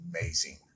amazing